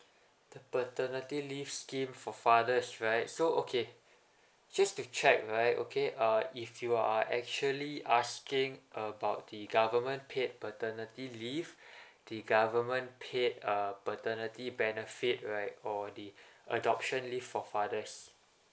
the paternity leave scheme for fathers right so okay just to check right okay uh if you are actually asking about the government paid paternity leave the government paid uh paternity benefit right or the adoption leave for fathers